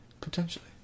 Potentially